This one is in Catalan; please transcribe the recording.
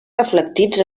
reflectits